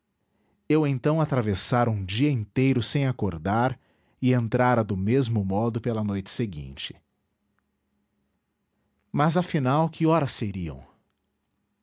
eu então atravessara um dia inteiro sem acordar e entrara do mesmo modo pela noite seguinte mas afinal que horas seriam